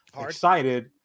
Excited